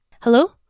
Hello